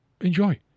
enjoy